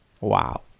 Wow